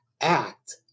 act